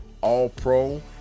All-Pro